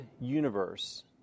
universe